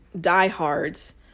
diehards